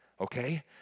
okay